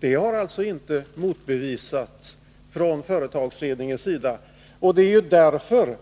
Det har inte motbevisats från företagsledningens sida. Det är därför